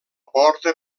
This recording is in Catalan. porta